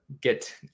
get